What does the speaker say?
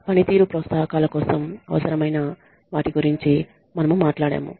పనితీరు ప్రోత్సాహకాల కోసం అవసరమైన వాటి గురించి మనము మాట్లాడాము